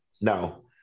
no